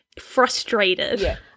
frustrated